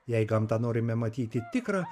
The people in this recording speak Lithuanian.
jei gamtą norime matyti tikrą